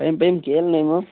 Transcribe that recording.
এনে টাইম কিমান লাগিব